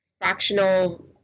fractional